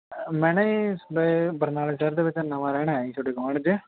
ਮੈਂ ਨਾ ਜੀ ਬ ਬਰਨਾਲੇ ਸ਼ਹਿਰ ਦੇ ਵਿੱਚ ਨਵਾਂ ਰਹਿਣ ਆਇਆ ਜੀ ਤੁਹਾਡੇ ਗੁਆਂਢ 'ਚ